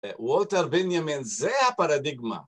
וולטר בנימין זה הפרדיגמה